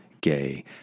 gay